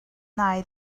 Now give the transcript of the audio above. nai